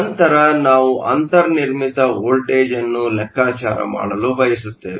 ನಂತರ ನಾವು ಅಂತರ್ನಿರ್ಮಿತ ವೋಲ್ಟೇಜ್ ಅನ್ನು ಲೆಕ್ಕಾಚಾರ ಮಾಡಲು ಬಯಸುತ್ತೇವೆ